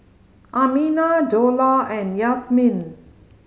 Aminah Dollah and Yasmin